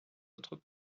autres